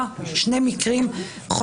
הוא שברורה לנו מאוד